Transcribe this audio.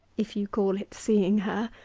if you call it seeing her,